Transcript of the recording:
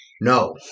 No